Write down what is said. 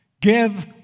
Give